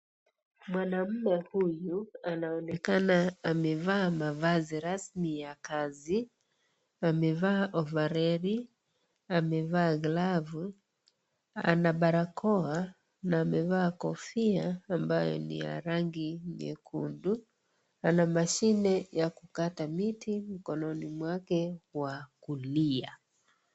Mwanamme huyu anaonekana amevaa mavazi rasmi ya kazi, amevaa ovareli, amevaa glavu, ana barakoa na amevaa kofia ambaye ni ya rangi nyekundu, ana mashine ya kukata miti mkononi mwake wa kulia.